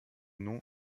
nom